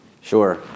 Sure